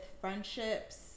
friendships